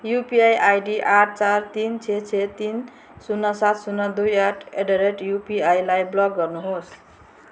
UPI ID आठ चार तिन छ छ तिन शून्य सात शून्य दुई आठ एट द रेट युपिआईलाई ब्लक गर्नुहोस्